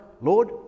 Lord